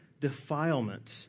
defilement